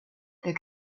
der